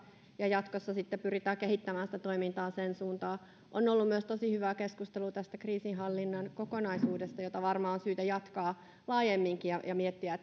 ja jatkossa sitten pyritään kehittämään toimintaa siihen suuntaan on ollut myös tosi hyvää keskustelua tästä kriisinhallinnan kokonaisuudesta ja sitä varmaan on syytä jatkaa laajemminkin ja ja miettiä